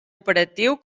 operatiu